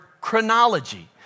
chronology